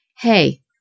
Hey